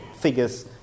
figures